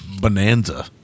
bonanza